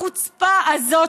החוצפה הזאת,